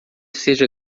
seja